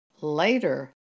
Later